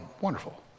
Wonderful